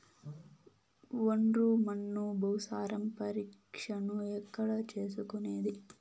ఒండ్రు మన్ను భూసారం పరీక్షను ఎక్కడ చేసుకునేది?